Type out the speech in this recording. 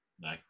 no